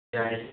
ꯌꯥꯏ